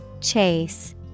Chase